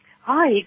Hi